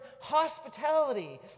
hospitality